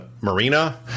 marina